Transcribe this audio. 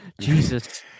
Jesus